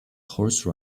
horse